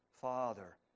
Father